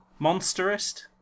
Monsterist